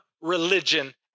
religion